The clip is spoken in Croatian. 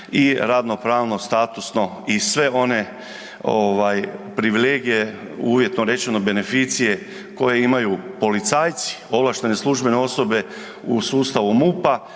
I radno-pravno i statusno i sve one privilegije, uvjetno rečeno beneficije koje imaju policajci, ovlaštene službene osobe u sustavu MUP-a